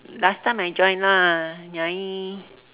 last time I join lah nyai